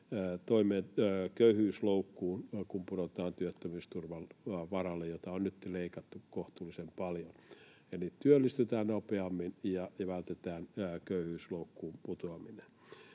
kun pudotaan työttömyysturvan varalle, jota on nyt leikattu kohtuullisen paljon. Eli työllistytään nopeammin ja vältetään köyhyysloukkuun putoaminen.